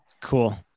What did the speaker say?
cool